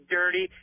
dirty